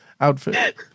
outfit